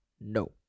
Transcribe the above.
no